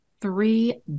three